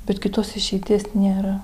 bet kitos išeities nėra